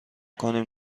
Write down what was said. کنیم